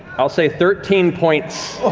i'll say, thirteen points